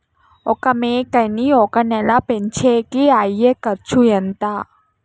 ఒక మేకని ఒక నెల పెంచేకి అయ్యే ఖర్చు ఎంత?